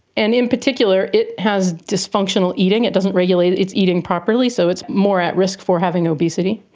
and in particular it has dysfunctional eating, it doesn't regulate its eating properly, so it's more at risk for having obesity,